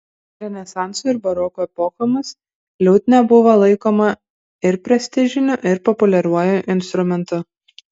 renesanso ir baroko epochomis liutnia buvo laikoma ir prestižiniu ir populiariuoju instrumentu